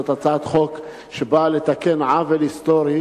זאת הצעת חוק שבאה לתקן עוול היסטורי,